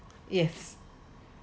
yes